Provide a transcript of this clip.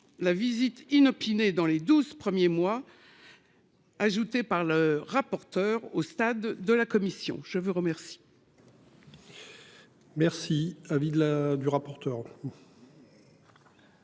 La visite inopinée dans les 12 premiers mois. Ajouté par le rapporteur au stade de la commission, je vous remercie.